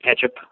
Ketchup